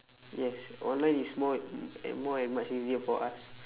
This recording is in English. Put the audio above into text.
yes online is more and more and much easier for us